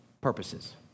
purposes